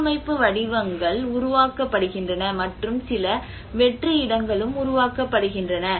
கட்டமைப்பு வடிவங்கள் உருவாக்கப்படுகின்றன மற்றும் சில வெற்று இடங்களும் உருவாக்கப்படுகின்றன